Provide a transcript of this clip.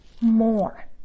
more